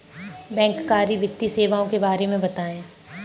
बैंककारी वित्तीय सेवाओं के बारे में बताएँ?